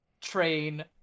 train